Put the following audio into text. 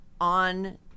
on